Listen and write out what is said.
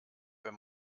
wenn